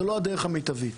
זו לא הדרך המיטבית.